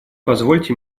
позвольте